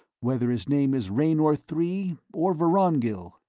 whether his name is raynor three or vorongil.